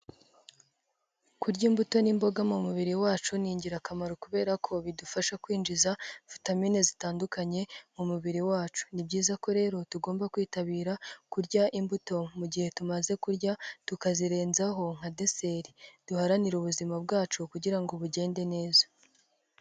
Kurya imbuto n'imboga mu mubiri wacu, ni ingirakamaro kubera ko bidufasha kwinjiza vitamine zitandukanye mu mubiri wacu, ni byiza ko rero tugomba kwitabira kurya imbuto mu gihe tumaze kurya, tukazirenzaho nka deseri, duharanire ubuzima bwacu kugira ngo bugende neza.